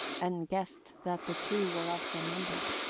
and guessed that the two were of the number.